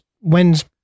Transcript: When's